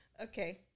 Okay